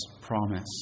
promise